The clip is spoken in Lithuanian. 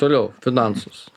toliau finansus